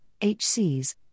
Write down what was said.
HCs